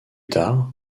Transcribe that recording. tard